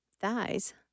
thighs